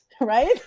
right